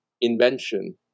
invention